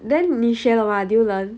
then 你学了吗 did you learn